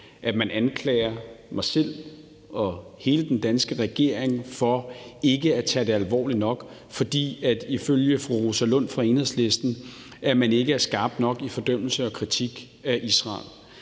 at man anklager mig og hele den danske regering for ikke at tage det alvorligt nok, fordi vi ifølge fru Rosa Lund fra Enhedslisten ikke er skarpe nok i fordømmelsen og kritikkenaf Israel.